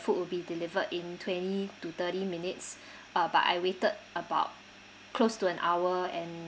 food will be delivered in twenty to thirty minutes uh but I waited about close to an hour and